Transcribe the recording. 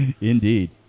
indeed